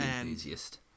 enthusiast